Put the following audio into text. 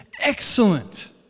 excellent